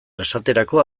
esterako